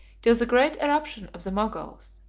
till the great eruption of the moguls,